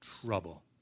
trouble